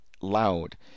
loud